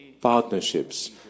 partnerships